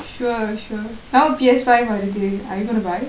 sure sure no P_S five வருது:varuthu are you gonna buy